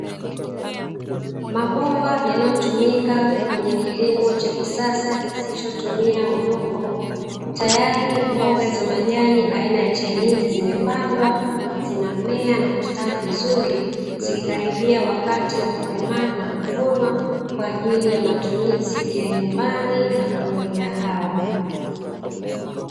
Mabomba yanayotumika kwenye kilimo cha kisasa kisichotumia udongo, tayari mboga za majani aina ya chainizi zimepandwa, zinamea na kustawi vizuri; zikikaribia wakati wa kukomaa na kuvunwa kwa ajili ya matumizi ya nyumbani na kwenye migahawa.